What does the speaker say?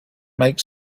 make